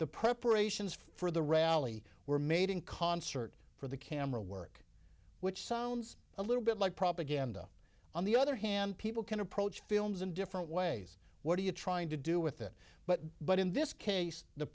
the preparations for the rally were made in concert for the camera work which sounds a little bit like propaganda on the other hand people can approach films in different ways what are you trying to do with it but but in this case the